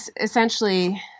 essentially